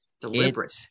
Deliberate